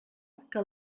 que